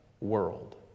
world